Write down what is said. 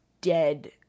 dead